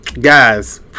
guys